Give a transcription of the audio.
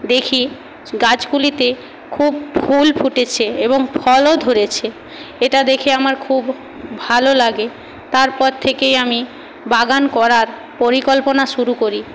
দেখি গাছগুলিতে খুব ফুল ফুটেছে এবং ফলও ধরেছে এটা দেখে আমার খুব ভালো লাগে তারপর থেকেই আমি বাগান করার পরিকল্পনা শুরু করি